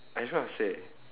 I don't know how to say